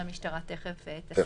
כפי שהמשטרה תכף תסביר.